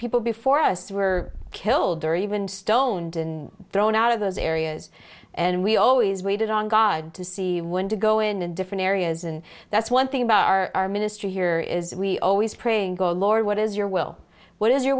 people before us were killed during even stoned in thrown out of those areas and we always waited on god to see when to go in and different areas and that's one thing about our ministry here is we always praying go lord what is your will what is your